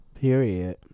period